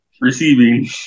receiving